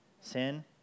sin